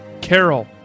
Carol